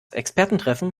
expertentreffen